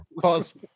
pause